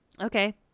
Okay